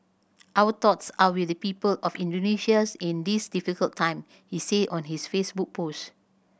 our thoughts are with the people of Indonesia in this difficult time he said on his Facebook post